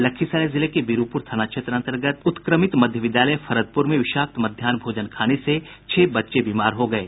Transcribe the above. लखीसराय जिले के वीरूपुर थाना क्षेत्र अन्तर्गत उत्क्रमित मध्य विद्यालय फरदपुर में विषाक्त मध्याहन भोजन खाने से छह बच्चे बीमार हो गये